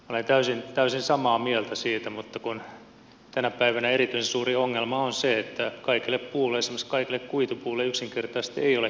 olen täysin samaa mieltä siitä mutta tänä päivänä erityisen suuri ongelma on se että kaikelle puulle esimerkiksi kaikelle kuitupuulle yksinkertaisesti ei ole kysyntää